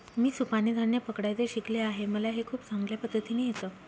मी सुपाने धान्य पकडायचं शिकले आहे मला हे खूप चांगल्या पद्धतीने येत